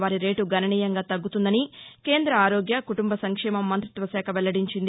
వారి రేటు గణనీయంగా తగ్గుతుందని కేంద్ర ఆరోగ్య కుటుంబ సంక్షేమ మంతిత్వ శాఖ వెల్లడించింది